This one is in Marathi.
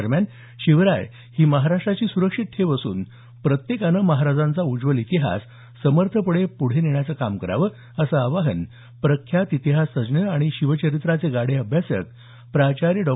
दरम्यान शिवराय ही महाराष्ट्राची सुरक्षित ठेव असून प्रत्येकाने महाराजांचा हा उज्वल इतिहास समर्थपणे प्रढे नेण्याचे काम करावं असं आवाहन प्रख्यात इतिहासतज्ज्ञ आणि शिवचरित्राचे गाढे अभ्यासक प्राचार्य डॉ